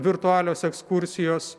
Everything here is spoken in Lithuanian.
virtualios ekskursijos